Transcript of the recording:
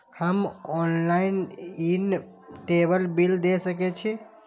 हम ऑनलाईनटेबल बील दे सके छी?